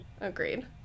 Agreed